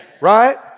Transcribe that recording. right